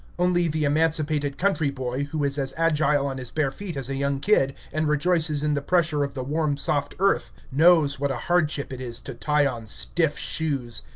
only the emancipated country-boy, who is as agile on his bare feet as a young kid, and rejoices in the pressure of the warm soft earth, knows what a hardship it is to tie on stiff shoes.